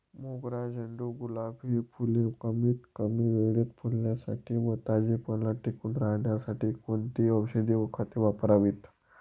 मोगरा, झेंडू, गुलाब हि फूले कमीत कमी वेळेत फुलण्यासाठी व ताजेपणा टिकून राहण्यासाठी कोणती औषधे व खते वापरावीत?